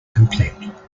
complete